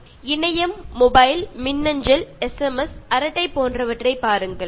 Refer Slide Time 0919 இணையம் கைபேசி மின்னஞ்சல் எஸ்எம்எஸ் அரட்டை போன்றவற்றைப் பாருங்கள்